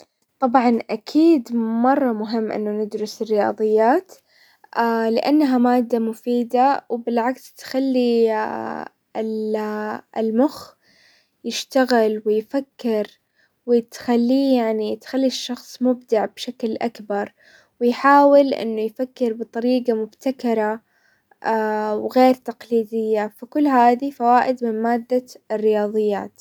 طبعا اكيد مرة مهم انه ندرس الرياظيات، لانها مادة مفيدة وبالعكس تخلي المخ يشتغل ويفكر ، وتخليه- يعني تخلي الشخص مبدع بشكل الاكبر، ويحاول انه يفكر بطريقة مبتكرة وغير تقليدية، فكل هذي فوائد من مادة الرياظيات.